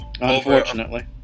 unfortunately